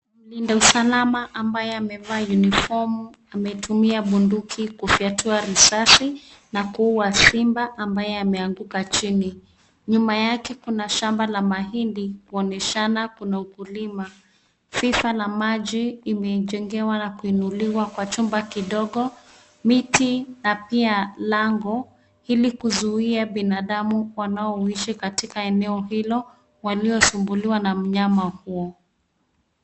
Mlinda usalama ambaye amevaa unifomu ametumia bunduki kufyatua risasi na kuua simba ambaye ameanguka chini. Nyuma yake kuna shamba la mahindi kuoneshana kuna ukulima. Fifa la maji imejengewa na kuinuliwa kwa chumba kidogo, miti na pia lango ili kuzuia binadamu wanaoishi katika eneo hilo waliosumbuliwa na mnyama huo.